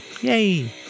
Yay